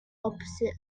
opposite